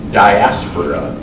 diaspora